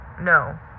No